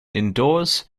indoors